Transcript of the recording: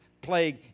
plague